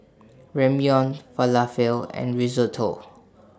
Ramyeon Falafel and Risotto